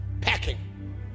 packing